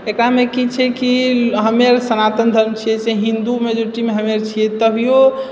एकरामे की छै कि हमे सनातन धर्म छिऐ से हिन्दू मेजोरिटीमे हमे छियै तभियो